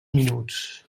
minuts